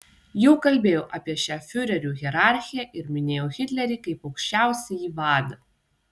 jau kalbėjau apie šią fiurerių hierarchiją ir minėjau hitlerį kaip aukščiausiąjį vadą